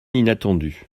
inattendu